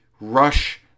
rush